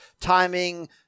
Timing